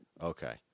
Okay